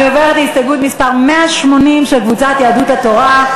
אני עוברת להסתייגות מס' 170 של קבוצת בל"ד.